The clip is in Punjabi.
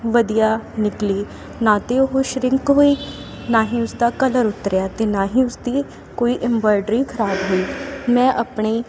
ਵਧੀਆ ਨਿਕਲੀ ਨਾ ਤਾਂ ਉਹ ਸ਼ਰਿੰਕ ਹੋਈ ਨਾ ਹੀ ਉਸ ਦਾ ਕਲਰ ਉੱਤਰਿਆ ਅਤੇ ਨਾ ਹੀ ਉਸ ਦੀ ਕੋਈ ਇਮਬੋਇਡਰੀ ਖਰਾਬ ਹੋਈ ਮੈਂ ਆਪਣੀ